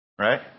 Right